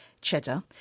cheddar